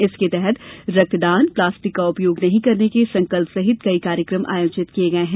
इसके तहत रक्तदान प्लास्टिक का उपयोग नहीं करने के संकल्प सहित कई कार्यक्रम आयोजित किए गए हैं